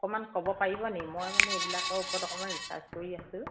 অকণমান ক'ব পাৰিব নি মই মানে এইবিলাকৰ ওপৰত অকণমান ৰিছাৰ্চ কৰি আছোঁ